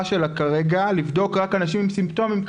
שלה כרגע לבדוק רק אנשים עם סימפטומים.